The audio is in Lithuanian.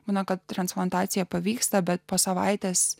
mano kad transplantacija pavyksta bet po savaitės